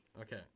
Okay